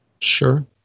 Sure